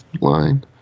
line